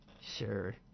Sure